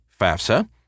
FAFSA